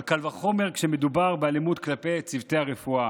אבל קל וחומר כשמדובר באלימות כלפי צוותי הרפואה